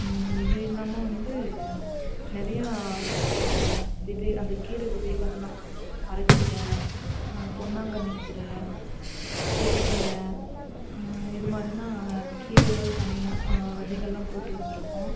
இது இல்லால்ம வந்து நிறையா விதை அந்த கீரை விதைகள்லாம் அரைக்கீர பொன்னாங்கண்ணிக்கீரை சிறுக்கீரை இது மாதிரில்லாம் நாங்கள் கீரைகள் தனியாக விதைகள்லாம் போட்டு வச்சிருக்கோம்